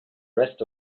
rest